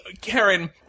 Karen